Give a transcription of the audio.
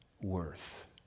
worth